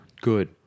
Good